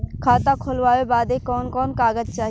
खाता खोलवावे बादे कवन कवन कागज चाही?